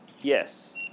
Yes